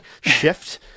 shift